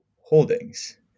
holdings